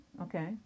Okay